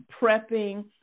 prepping